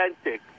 authentic